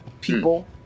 people